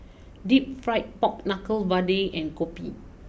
deep Fried Pork Knuckle Vadai and Kopi